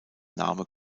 name